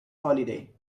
holiday